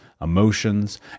emotions